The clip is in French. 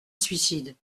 suicide